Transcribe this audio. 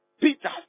Peter